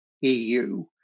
EU